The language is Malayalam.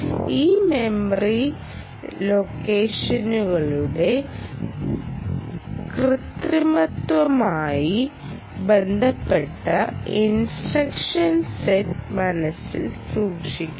ഈ മെമ്മറി ലൊക്കേഷനുകളുടെ കൃത്രിമത്വവുമായി ബന്ധപ്പെട്ട ഇൻസ്ട്രക്ഷൻ സെറ്റ് മനസ്സിൽ സൂക്ഷിക്കുക